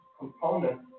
component